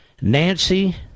Nancy